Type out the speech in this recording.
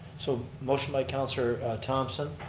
so motion by counselor thompson.